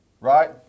right